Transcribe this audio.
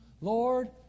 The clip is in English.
Lord